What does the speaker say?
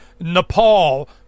Nepal